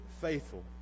faithful